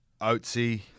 Oatsy